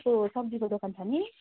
को सब्जीको दोकान छ नि